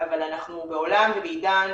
אבל אנחנו בעולם ובעידן,